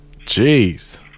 Jeez